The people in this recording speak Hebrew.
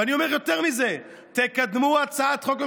ואני אומר יותר מזה: תקדמו הצעת חוק ממשלתית.